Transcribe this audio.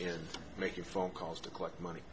in making phone calls to collect money